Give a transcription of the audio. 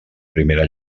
primera